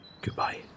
goodbye